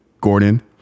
Gordon